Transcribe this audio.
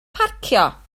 parcio